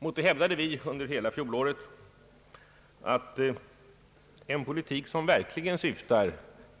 Mot detta hävdade vi under hela fjolåret att en politik, som verkligen syftar